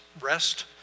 rest